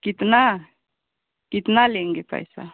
कितने कितने लेंगे पैसे